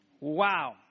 Wow